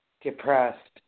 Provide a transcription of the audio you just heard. depressed